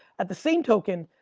at the same token,